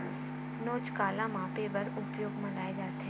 नोच काला मापे बर उपयोग म लाये जाथे?